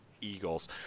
Eagles